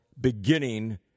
beginning